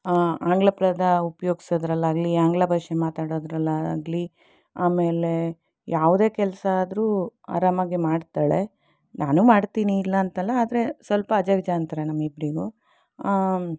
ಆಂಗ್ಲ ಪದ ಉಪಯೋಗಿಸೋದ್ರಲ್ಲಾಗಲಿ ಆಂಗ್ಲ ಭಾಷೆ ಮಾತಾಡೋದ್ರಲ್ಲಿ ಆಗಲಿ ಆಮೇಲೆ ಯಾವುದೇ ಕೆಲಸ ಆದರೂ ಆರಾಮಾಗೆ ಮಾಡ್ತಾಳೆ ನಾನು ಮಾಡ್ತೀನಿ ಇಲ್ಲ ಅಂತಲ್ಲ ಆದರೆ ಸ್ವಲ್ಪ ಅಜಗಜಾಂತರ ನಮ್ಮಿಬ್ರಿಗೂ